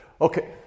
Okay